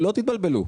שלא תתבלבלו,